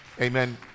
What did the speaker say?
Amen